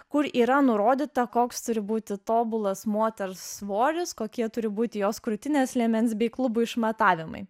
kur yra nurodyta koks turi būti tobulas moters svoris kokie turi būti jos krūtinės liemens bei klubų išmatavimai